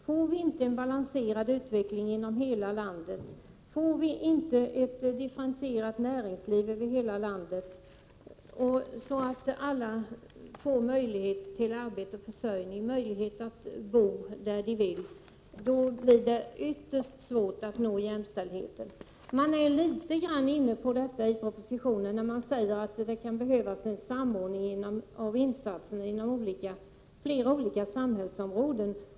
Får vi inte en balanserad utveckling inom hela landet, får vi inte ett differentierat näringsliv över hela landet, så att alla får möjlighet till arbete och försörjning, möjlighet att bo där de vill, då blir det ytterst svårt att nå jämställdhet. Man kommer in litet på detta i propositionen när man säger att det kan behövas en samordning av insatser inom flera olika samhällsområden.